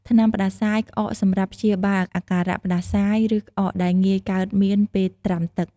ថ្នាំផ្តាសាយ ក្អក សម្រាប់ព្យាបាលអាការៈផ្តាសាយ ឬក្អកដែលងាយកើតមានពេលត្រាំទឹក។